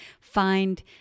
find